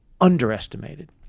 underestimated